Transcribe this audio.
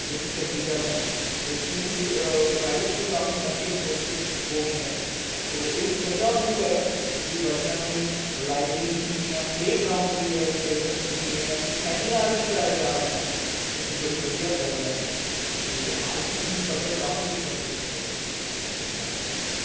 ਜੋ ਕਿ ਚੰਗੀ ਗੱਲ ਹੈ ਅਤੇ ਕਿਉਂਕਿ ਬੇ ਪ੍ਰਾਈਵੇਟ ਸਕੂਲ ਕਾਫੀ ਮਹਿੰਗੇ ਐਕਸਪੈਂਸਿਸ ਹੋ ਗਏ ਹੈ ਤਾਂ ਇਹ ਚੰਗਾ ਮੂਵ ਹੈ ਵੀ ਬੱਚਿਆਂ ਲਈ ਲਾਇਬਰੇਰੀਜ ਵੀ ਹੈ ਪਲੇਗਰਾਉਂਡ ਵੀ ਹੈ ਖੇਡਣ ਨੂੰ ਵੀ ਹੈ ਅਤੇ ਸੈਮੀਨਾਰ ਵੀ ਕਰਵਾਏ ਜਾ ਰਹੇ ਹੈ ਜੋ ਕਿ ਬੜੀ ਵਧੀਆ ਗੱਲ ਹੈ ਅਤੇ ਆਈ ਥਿੰਕ ਹੁਣ ਪੱਧਰ ਕਾਫੀ ਉੱਚਾ ਹੋ ਚੁੱਕਿਆ ਪੰਜਾਬ ਸ